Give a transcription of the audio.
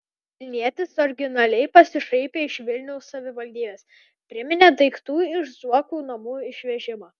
vilnietis originaliai pasišaipė iš vilniaus savivaldybės priminė daiktų iš zuokų namų išvežimą